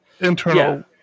internal